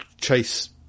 chase